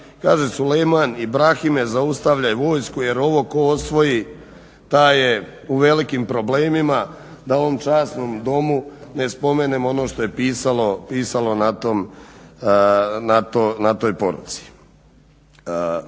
Kaže Sulejman: "Ibrahime zaustavljaj vojsku jer ovo tko osvoji taj je u velikim problemima.", da u ovom časnom Domu ne spomenem ono što je pisalo na toj poruci.